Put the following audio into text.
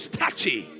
touchy